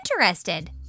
interested